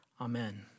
Amen